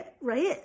right